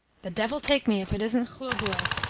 the devil take me if it isn't khlobuev!